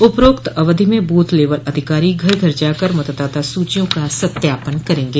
उपरोक्त अवधि में बूथ लेवल अधिकारी घर घर जाकर मतदाता सूचियों का सत्यापन करेंगे